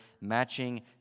matching